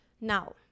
Now